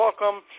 welcome